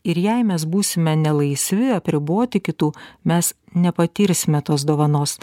ir jei mes būsime nelaisvi apriboti kitų mes nepatirsime tos dovanos